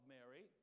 Mary